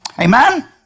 Amen